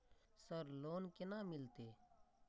Sir loan केना मिलते?